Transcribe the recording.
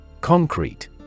Concrete